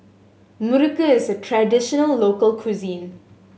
muruku is a traditional local cuisine